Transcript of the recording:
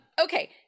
okay